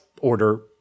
order